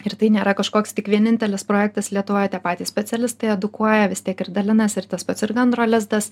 ir tai nėra kažkoks tik vienintelis projektas lietuvoje tie patys specialistai edukuoja vis tiek ir dalinasi ir tas pats ir gandro lizdas